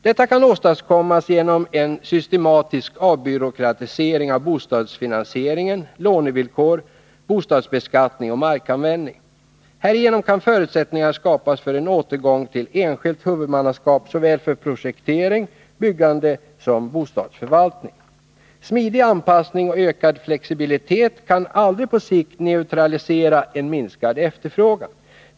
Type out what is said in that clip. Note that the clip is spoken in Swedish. Detta kan åstadkommas genom en systematisk avbyråkratisering av bostadsfinansiering, lånevillkor, bostadsbeskattning och markanvändning. Härigenom kan förutsättningar skapas för en återgång till enskilt huvudmannaskap för såväl projektering, byggande som bostadsförvaltning. Smidig anpassning och ökad flexibilitet kan aldrig på sikt neutralisera en minskad efterfrågan.